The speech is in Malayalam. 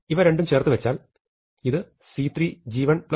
ഇവ രണ്ടു ചേർത്തുവെച്ചാൽ ഇത് c3